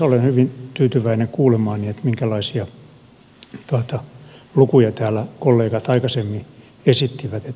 olen hyvin tyytyväinen kuulemaani että minkälaisia lukuja täällä kollegat aikaisemmin esittivät